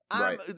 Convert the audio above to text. Right